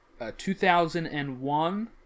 2001